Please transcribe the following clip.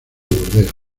burdeos